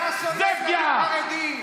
אתה שונא את החרדים.